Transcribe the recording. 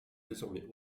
désormais